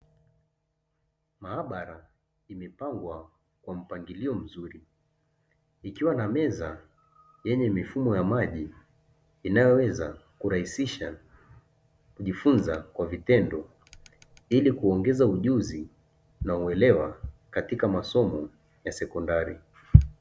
Maabara imepangwa kwa mpangilio mzuri, ikiwa na meza yenye mifumo ya maji inayoweza kurahisisha kujifunza kwa vitendo, Ili kuongeza ujuzi na uelewa katika masomo ya sekondari.